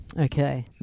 Okay